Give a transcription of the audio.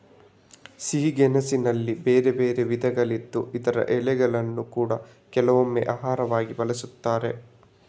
ಸಿಹಿ ಗೆಣಸಿನಲ್ಲಿ ಬೇರೆ ಬೇರೆ ವಿಧಗಳಿದ್ದು ಇದರ ಎಲೆಗಳನ್ನ ಕೂಡಾ ಕೆಲವೊಮ್ಮೆ ಆಹಾರವಾಗಿ ಬಳಸ್ತಾರೆ